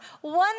one